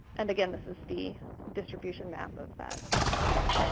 and again, this is the distribution map of that species.